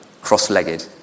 cross-legged